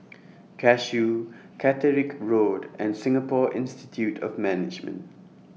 Cashew Catterick Road and Singapore Institute of Management